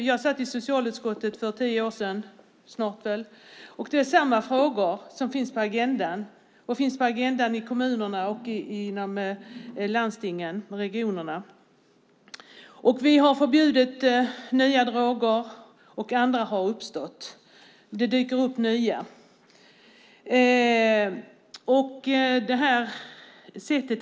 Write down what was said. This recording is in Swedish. Jag satt i socialutskottet för cirka tio år sedan, och det är samma frågor där på agendan nu och även i kommunerna, landstingen och regionerna. Vi har förbjudit nya droger, och andra dyker upp.